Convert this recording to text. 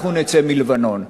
אנחנו נצא מלבנון.